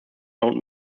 mount